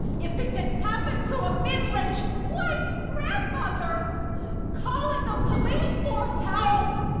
if it can happen to a middle age white grandmother calling the police for help,